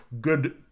good